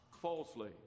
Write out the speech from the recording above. falsely